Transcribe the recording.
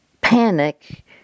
panic